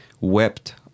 Wept